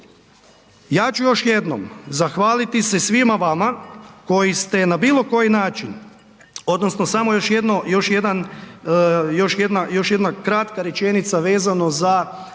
Ja ću još jednom zahvaliti se svima vama koji ste na bilo koji način odnosno samo još jedno, još jedan, još